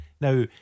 Now